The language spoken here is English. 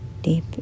deep